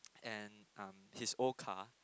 and um his old car